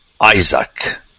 Isaac